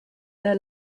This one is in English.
their